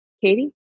Katie